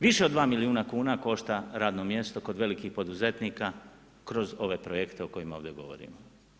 Više od 2 milijuna kuna košta radno mjesto kod velikih poduzetnika kroz ove projekte o kojima ovdje govorimo.